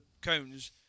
cones